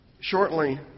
Shortly